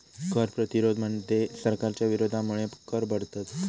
कर प्रतिरोध मध्ये सरकारच्या विरोधामुळे कर भरतत